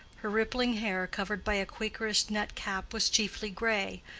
her rippling hair, covered by a quakerish net cap, was chiefly gray,